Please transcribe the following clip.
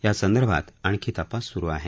यासंदर्भात आणखी तपास सुरु आहे